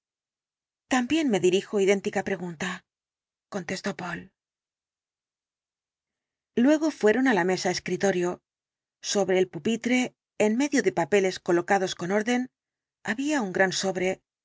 también me dirijo idéntica pregunta contestó poole la ultima noche luego fueron á la mesa escritorio sobre el pupitre en medio de papeles colocados con orden había un gran sobre